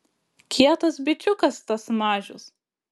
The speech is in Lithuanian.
kietas bičiukas tas mažius